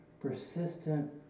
persistent